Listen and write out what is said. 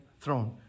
throne